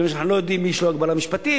כי אנחנו לא יודעים למי יש הגבלה משפטית